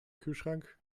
kühlschrank